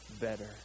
better